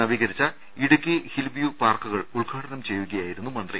നവീകരിച്ച ഇടുക്കി ഹിൽവ്യൂ പാർക്കുകൾ ഉദ്ഘാടനം ചെയ്യുകയായിരുന്നു മന്ത്രി